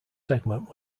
segment